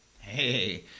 Hey